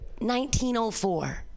1904